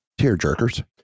tearjerkers